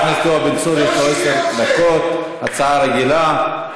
הצעה רגילה.